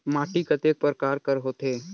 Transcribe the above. माटी कतेक परकार कर होथे?